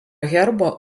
herbo